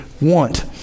want